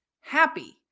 happy